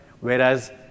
whereas